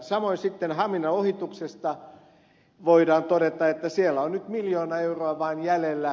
samoin sitten hamina ohituksesta voidaan todeta että siellä on nyt miljoona euroa vain jäljellä